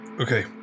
Okay